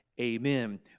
amen